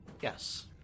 Yes